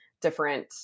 different